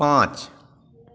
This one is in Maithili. पाँच